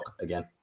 again